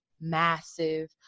massive